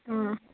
ആ